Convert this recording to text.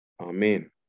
Amen